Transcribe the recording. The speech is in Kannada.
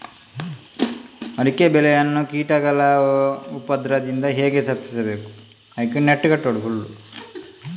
ಅಡಿಕೆ ಬೆಳೆಯನ್ನು ಕೀಟಗಳ ಉಪದ್ರದಿಂದ ಹೇಗೆ ತಪ್ಪಿಸೋದು?